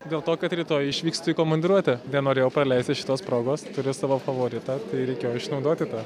dėl to kad rytoj išvykstu į komandiruotę nenorėjau praleisti šitos progos turiu savo favoritą tai reikėjo išnaudoti tą